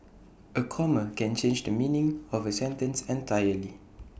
A comma can change the meaning of A sentence entirely